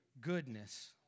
goodness